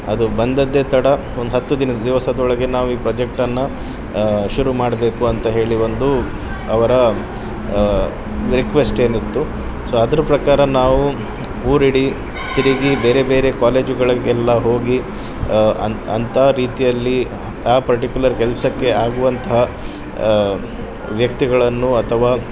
ಅದು ಬಂದಿದ್ದೆ ತಡ ಒಂದು ಹತ್ತು ದಿನದ ದಿವಸದೊಳಗೆ ನಾವು ಈ ಪ್ರೊಜೆಕ್ಟನ್ನು ಶುರು ಮಾಡಬೇಕು ಅಂತ ಹೇಳಿ ಒಂದು ಅವರ ರಿಕ್ವೆಸ್ಟ್ ಏನಿತ್ತು ಸೊ ಅದ್ರ ಪ್ರಕಾರ ನಾವು ಊರಿಡಿ ತಿರುಗಿ ಬೇರೆ ಬೇರೆ ಕಾಲೇಜುಗಳಿಗೆಲ್ಲ ಹೋಗಿ ಅಂತಹ ರೀತಿಯಲ್ಲಿ ಆ ಪರ್ಟಿಕ್ಯುಲರ್ ಕೆಲಸಕ್ಕೆ ಆಗುವಂತಹ ವ್ಯಕ್ತಿಗಳನ್ನು ಅಥವಾ